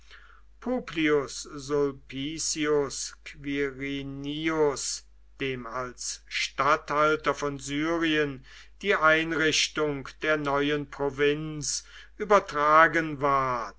sulpicius quirinius dem als statthalter von syrien die einrichtung der neuen provinz übertragen ward